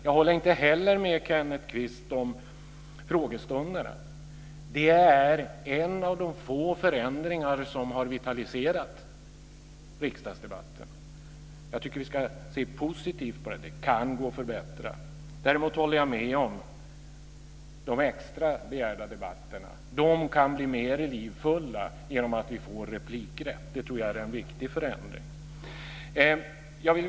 Jag håller inte heller med Kenneth Kvist om hur han ser på frågestunderna. Det är en av de få förändringar som har vitaliserat riksdagsdebatterna. Jag tycker att vi ska se positivt på detta. Det kan gå att förbättra. Däremot håller jag med honom när det gäller de extra begärda debatterna. De kan bli mer livfulla genom att vi får replikrätt. Det tror jag är en viktig förändring. Fru talman!